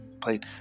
played